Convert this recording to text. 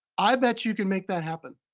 i bet you can make that happen.